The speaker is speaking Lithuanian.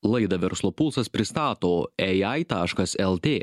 laidą verslo pulsas pristato ai taškas lt